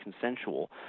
consensual